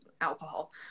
alcohol